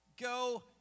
Go